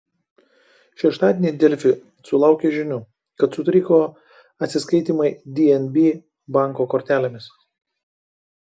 šeštadienį delfi sulaukė žinių kad sutriko atsiskaitymai dnb banko kortelėmis